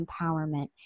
empowerment